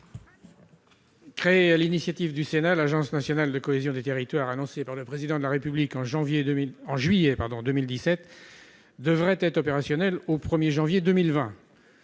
Créé à l'initiative du Sénat, l'Agence nationale de cohésion des territoires, annoncé par le président de la République en janvier 2000 en juillet pendant 2017 devrait être opérationnel au 1er janvier 2020,